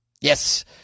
Yes